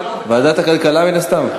ועדת הכלכלה מן הסתם?